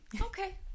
okay